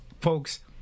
folks